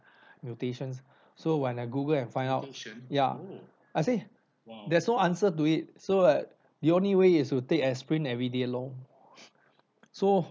mutations so when I google I find out ya I say there's no answer to it so that the only way is to take aspirin everyday loh so